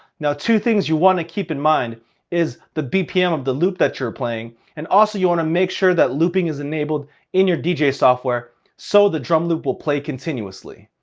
now two things you wanna keep in mind is the bpm of the loop that you're playing. and also you wanna make sure that looping is enabled in your dj software so the drum loop will play continuously.